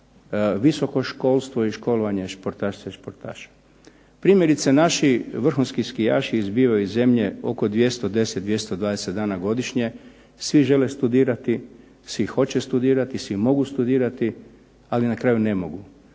visoko školstvo i školovanje sportašica i sportaša. Primjerice naši vrhunski skijaši izbivaju iz zemlje oko 210, 220 dana godišnje. Svi žele studirati, svi hoće studirati, svi mogu studirati, ali na kraju ne mogu